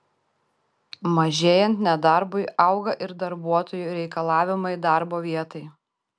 mažėjant nedarbui auga ir darbuotojų reikalavimai darbo vietai